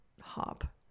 hop